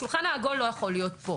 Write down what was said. השולחן העגול לא יכול להיות פה.